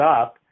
up